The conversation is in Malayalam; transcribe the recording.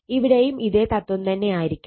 ഇവിടെയും ഇതേ തത്വം തന്നെയായിരിക്കും